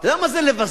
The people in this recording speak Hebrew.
אתה יודע מה זה לבזבז?